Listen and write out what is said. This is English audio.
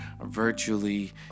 virtually